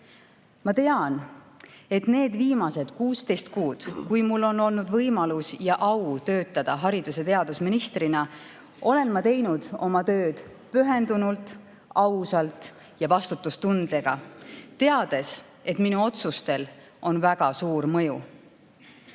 Ma tean, et need viimased 16 kuud, kui mul on olnud võimalus ja au töötada haridus‑ ja teadusministrina, olen ma teinud oma tööd pühendunult, ausalt ja vastutustundega, teades, et minu otsustel on väga suur mõju.